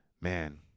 Man